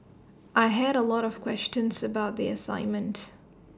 I had A lot of questions about the assignment